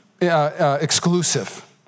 exclusive